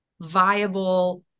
viable